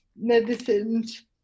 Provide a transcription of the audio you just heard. medicines